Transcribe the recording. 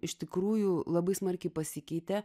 iš tikrųjų labai smarkiai pasikeitė